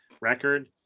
record